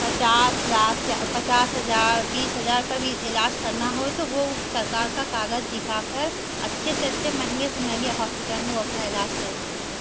पचास लाख पचास हज़ार बीस हज़ार का भी इलाज करना हो तो वह सरकार का काग़ज़ दिखाकर अच्छे से अच्छे महंगे से महंगे हॉस्पिटल में वह अपना इलाज कर सकेगा